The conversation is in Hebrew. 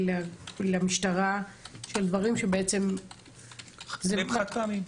או למשטרה שאלה דברים חד פעמיים.